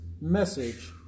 message